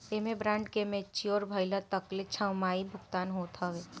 एमे बांड के मेच्योर भइला तकले छमाही भुगतान होत हवे